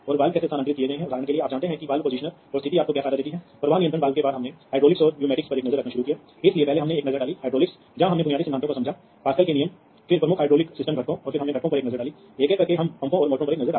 इसलिए नियंत्रक इसलिए या तो यह आपके पास जो डेटा है वह वास्तव में समय मल्टीप्लेक्स है इसलिए या तो समय मल्टीप्लेक्स या यदि आप किसी प्रकार के वाहक का उपयोग करते हैं तो यह आवृत्ति विभाजन मल्टीप्लेक्स होगा